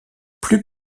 plus